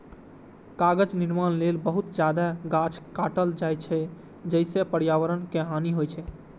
कागज निर्माण लेल बहुत जादे गाछ काटल जाइ छै, जइसे पर्यावरण के हानि होइ छै